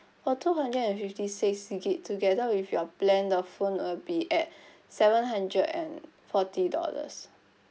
oh two hundred and fifty six G_B together with your plan the phone will be at seven hundred and forty dollars